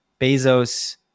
bezos